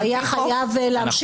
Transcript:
הוא היה חייב להמשיך,